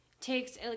Takes